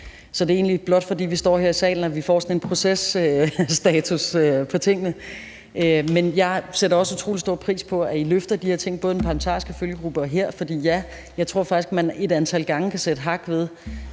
Så det er blot, fordi vi står her i salen, at vi får sådan en processtatus på tingene. Men jeg sætter også utrolig stor pris på, at I løfter de her ting, og det gælder både den parlamentariske følgegruppe og her, for ja, jeg tror faktisk, man et antal gange kan sætte hak ved,